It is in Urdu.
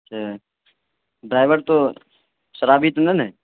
اچھا ڈرائیور تو شرابی تو نہیں نا ہے